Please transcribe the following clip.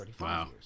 Wow